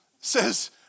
says